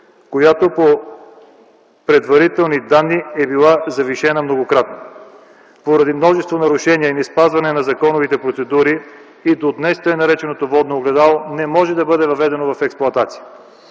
която по предварителни данни е била завишена многократно. Поради множество нарушения и неспазване на законовите процедури и до днес така нареченото „Водно огледало” не може да бъде въведено в експлоатация.